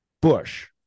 Bush